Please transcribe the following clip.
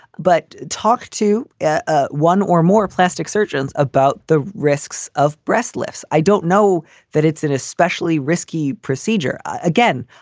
but talk to ah one or more plastic surgeons about the risks of breast lifts. i don't know that it's an especially risky procedure again,